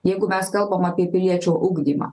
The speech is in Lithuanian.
jeigu mes kalbam apie piliečio ugdymą